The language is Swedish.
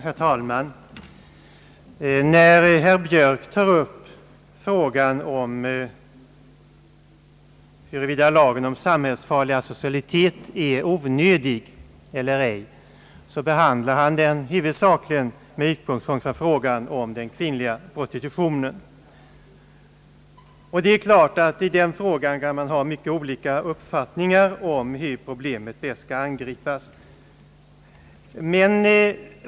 Herr talman! När herr Björk tar upp frågan huruvida lagen om samhällsfarlig asocialitet är onödig eller ej, behandlar han den huvudsakligen med utgångspunkt från frågan om den kvinnliga prostitutionen. Det är klart att man kan ha mycket olika uppfattning om hur detta problem bäst skall angripas.